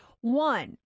One